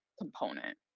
component